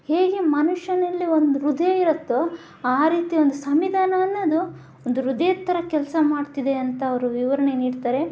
ಹೇಗೆ ಮನುಷ್ಯನಲ್ಲಿ ಒಂದು ಹೃದಯ ಇರುತ್ತೋ ಆ ರೀತಿ ಒಂದು ಸಂವಿಧಾನ ಅನ್ನೋದು ಒಂದು ಹೃದಯದ ಥರ ಕೆಲಸ ಮಾಡ್ತಿದೆ ಅಂತ ಅವರು ವಿವರಣೆ ನೀಡ್ತಾರೆ